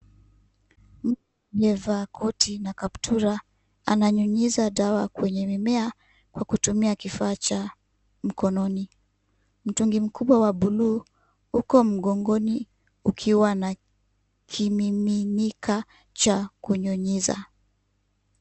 Mtu amevaa koti na kaptura ananyunyiza dawa kwenye mimea kwa kutumia kifaa cha mkononi, mtungi mkubwa wa buluu uko mgongoni ukiwa na kimininika cha kunyunyiza .